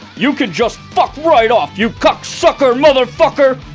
you can just fuck right off, you cocksucker motherfucker.